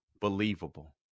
believable